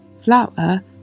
flower